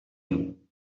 you